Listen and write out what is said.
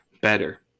better